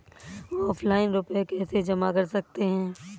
Offline रुपये कैसे जमा कर सकते हैं?